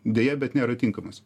deja bet nėra tinkamas